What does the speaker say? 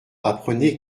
apprenez